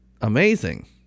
amazing